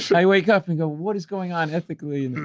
so i wake up and go what is going on ethically?